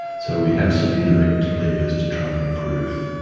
so we have some indirect levers to try and improve